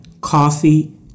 coffee